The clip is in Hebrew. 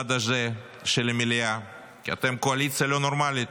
בצד הזה של המליאה, כי אתם קואליציה לא נורמלית.